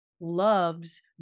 loves